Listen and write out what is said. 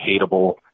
hateable